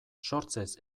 sortzez